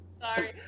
Sorry